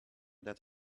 that